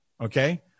Okay